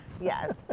Yes